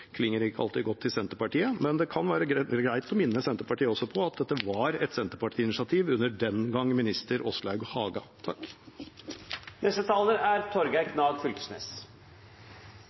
klinger godt i Senterpartiet, men det kan også være greit å minne Senterpartiet om at dette var et Senterparti-initiativ under daværende minister Åslaug Haga.